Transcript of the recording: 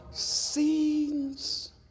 scenes